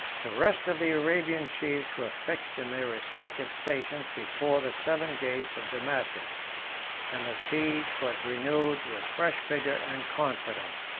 the rest of the arabian chiefs were fixed in their respective stations before the seven gates of damascus and the siege was renewed with fresh vigor and confidence.